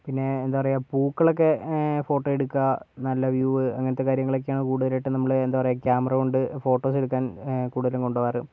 പിന്നെ എന്താ പറയാ പൂക്കളൊക്കെ ഫോട്ടോ എടുക്കുക നല്ല വ്യൂവ് അങ്ങനത്തെ കാര്യങ്ങളൊക്കെയാണ് കൂടുതലായിട്ടും നമ്മൾ എന്താ പറയാ ക്യാമറ കൊണ്ട് ഫോട്ടോസെടുക്കാൻ കൂടുതലും കൊണ്ടുപോവാറ്